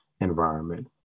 environment